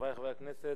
חברי חברי הכנסת,